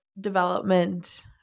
development